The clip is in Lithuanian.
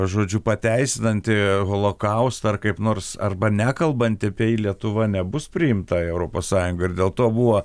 žodžiu pateisinanti holokaustą ar kaip nors arba nekalbanti apie jį lietuva nebus priimta į europos sąjunga ir dėl to buvo